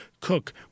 cook